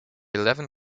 eleven